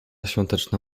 świąteczna